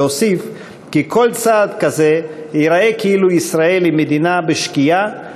והוסיף כי כל צעד כזה ייראה כאילו ישראל היא מדינה בשקיעה,